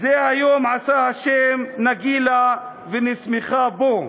"זה היום עשה ה' נגילה ונשמחה בו"